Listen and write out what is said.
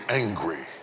angry